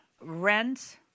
rent